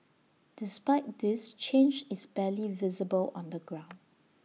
despite this change is barely visible on the ground